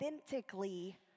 authentically